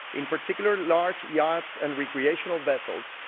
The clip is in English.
in particular large yachts and recreational vessels,